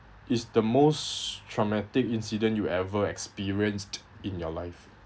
is the most traumatic incident you ever experienced in your life